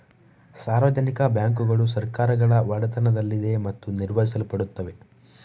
ಸಾರ್ವಜನಿಕ ಬ್ಯಾಂಕುಗಳು ಸರ್ಕಾರಗಳ ಒಡೆತನದಲ್ಲಿದೆ ಮತ್ತು ನಿರ್ವಹಿಸಲ್ಪಡುತ್ತವೆ